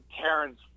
Terrence